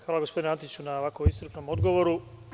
Hvala gospodine Antiću na ovako iscrpnom odgovoru.